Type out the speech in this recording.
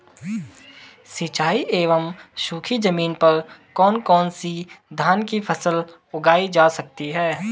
सिंचाई एवं सूखी जमीन पर कौन कौन से धान की फसल उगाई जा सकती है?